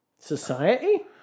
Society